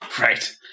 Right